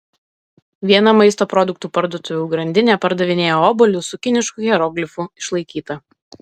viena maisto produktų parduotuvių grandinė pardavinėja obuolius su kinišku hieroglifu išlaikyta